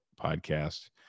podcast